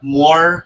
more